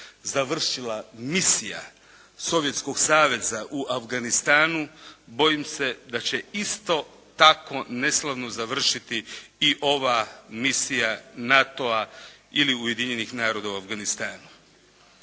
završila misija Sovjetskog Saveza u Afganistanu bojim se da će isto tako neslavno završiti i ova misija NATO-a ili Ujedinjenih naroda u Afganistanu.